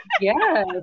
Yes